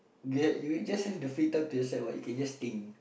girl you just have the free time to accept [what] you can just think